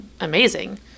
amazing